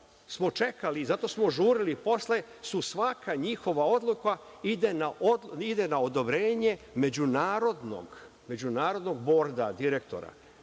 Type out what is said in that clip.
smo čekali, zato smo žurili, posle svaka njihova odluka ide na odobrenje međunarodnog borda direktora